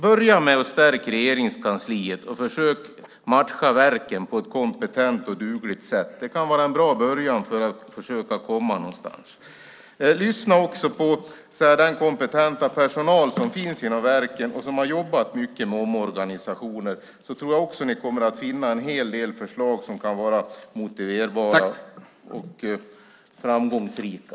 Börja med att förstärka Regeringskansliet, och försök matcha verken på ett kompetent och dugligt sätt. Det kan vara en bra början att försöka komma någonstans. Lyssna också på den kompetenta personal som finns vid verken och som jobbat mycket med omorganisationer. Då tror jag att ni kommer att finna en hel del förslag som kan vara motiverbara och framgångsrika.